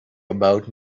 about